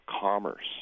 commerce